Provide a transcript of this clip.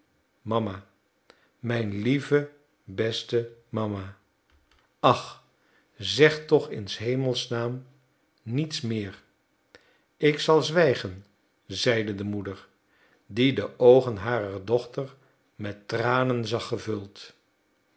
mama mijn lieve beste mama ach zeg toch in s hemels naam niets meer ik zal zwijgen zeide de moeder die de oogen harer dochter met tranen zag gevuld